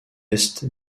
est